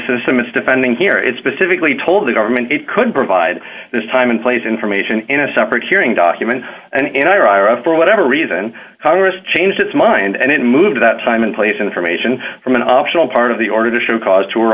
system it's defending here it specifically told the government it could provide this time and place information in a separate hearing document and in iraq for whatever reason congress changed its mind and it moved that time and place information from an optional part of the order to show cause to